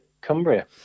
Cumbria